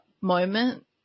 moment